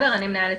אנחנו כאן לתת